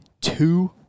two